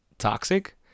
toxic